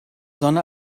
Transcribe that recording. sonne